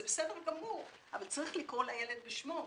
זה בסדר גמור אבל צריך לקרוא לילד בשמו.